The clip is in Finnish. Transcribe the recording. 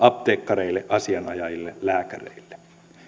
apteekkareille asianajajille lääkäreille